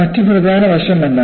മറ്റ് പ്രധാന വശം എന്താണ്